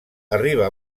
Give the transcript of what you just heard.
arriba